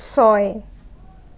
ছয়